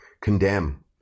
Condemn